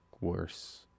worse